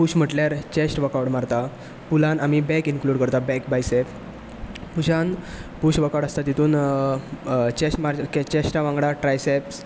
म्हटल्यार chest workout आसता पुलांत आमी बेक इन्कल्यूड करतात back biceps push workout आसता तितूंत चेस्टा वांगडा ट्रायसेप्स